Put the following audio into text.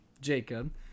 Jacob